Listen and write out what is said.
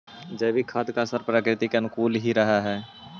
जैविक खाद का असर प्रकृति के अनुकूल ही रहअ हई